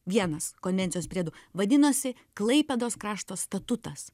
vienas konvencijos priedų vadinosi klaipėdos krašto statutas